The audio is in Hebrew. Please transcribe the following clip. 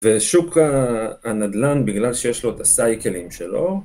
ושוק הנדלן בגלל שיש לו את הסייקלים שלו